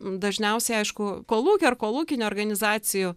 dažniausiai aišku kolūkio ar kolūkinių organizacijų